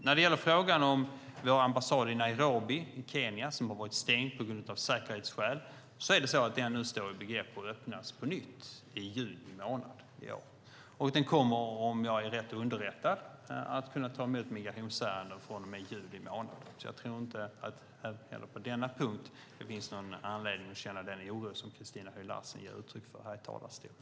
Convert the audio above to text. När det gäller frågan om vår ambassad i Nairobi i Kenya som har varit stängd av säkerhetsskäl står den nu i begrepp att öppnas på nytt i juni månad i år. Den kommer, om jag är rätt underrättad, att kunna ta emot migrationsärenden från och med juli månad, så jag tror inte heller att det på denna punkt finns någon anledning att känna den oro som Christina Höj Larsen ger uttryck för här i talarstolen.